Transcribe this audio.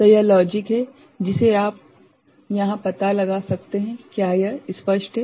तो यह लॉजिक है जिसे आप यहां पता लगा सकते हैं क्या यह स्पष्ट है